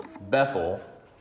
Bethel